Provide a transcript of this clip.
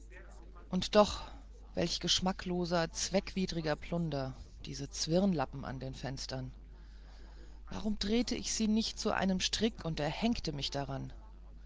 und dort welch geschmackloser zweckwidriger plunder diese zwirnlappen an den fenstern warum drehte ich sie nicht zu einem strick und erhenkte mich daran